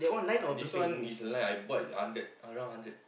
uh this one is a line I bought hundred around hundred